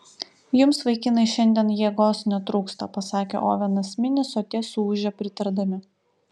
jums vaikinai šiandien jėgos netrūksta pasakė ovenas minis o tie suūžė pritardami